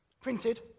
printed